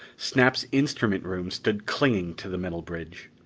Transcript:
snap's instrument room stood clinging to the metal bridge.